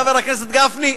חבר הכנסת גפני,